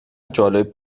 جالب